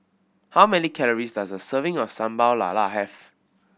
how many calories does a serving of Sambal Lala have